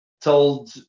told